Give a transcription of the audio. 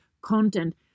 content